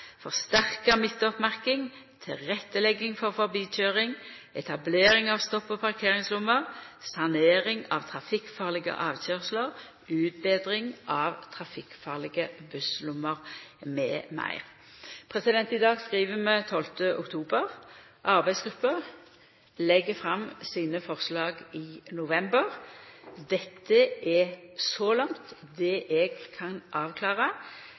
stopp- og parkeringslommer, sanering av trafikkfarlege avkøyrsler, utbetring av trafikkfarlege busslommer m.m. I dag skriv vi 12. oktober. Arbeidsgruppa legg fram forslaga sine i november. Dette er så langt det eg kan avklara